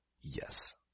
yes